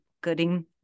Gooding